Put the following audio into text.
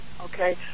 okay